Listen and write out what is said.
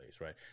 right